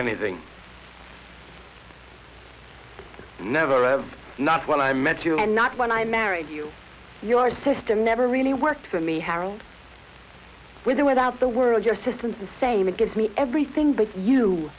anything never ever not when i met you and not when i married you your system never really worked for me harold with or without the world your system is the same it gives me everything that you